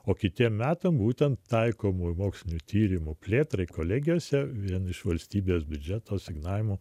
o kiti metai būtent taikomųjų mokslinių tyrimų plėtrai kolegijose vien iš valstybės biudžeto asignavimų